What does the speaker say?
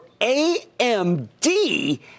AMD